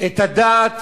את הדעת